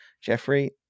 Jeffrey